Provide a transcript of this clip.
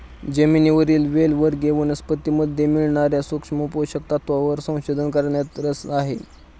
जमिनीवरील वेल वर्गीय वनस्पतीमध्ये मिळणार्या सूक्ष्म पोषक तत्वांवर संशोधन करण्यात रस आहे